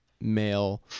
male